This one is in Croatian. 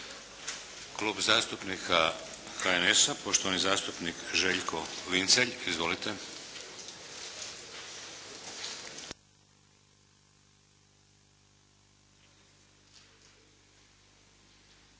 Klub zastupnika HNS-a, poštovani zastupnik Željko Vincelj. Izvolite!